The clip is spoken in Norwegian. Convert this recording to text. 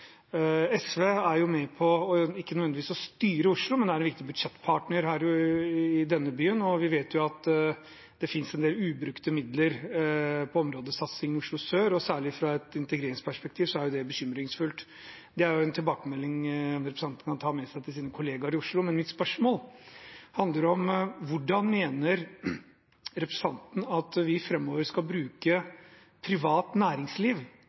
vet at det finnes en del ubrukte midler på områdesatsingen i Oslo sør, og særlig fra et integreringsperspektiv er det bekymringsfullt. Det er en tilbakemelding representanten kan ta med seg til sine kollegaer i Oslo. Mitt spørsmål handler om hvordan representanten mener at vi framover skal bruke privat næringsliv